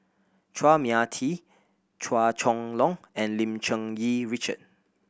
Chua Mia Tee Chua Chong Long and Lim Cherng Yih Richard